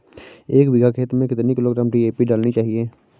एक बीघा खेत में कितनी किलोग्राम डी.ए.पी डालनी चाहिए?